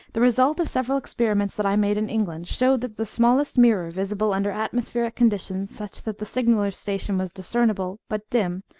the result of several experiments that i made in england showed that the smallest mirror visible under atmospheric conditions such that the signaller's station was discernible, but dim,